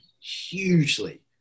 hugely